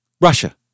Russia